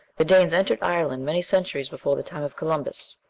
the danes entered ireland many centuries before the time of columbus,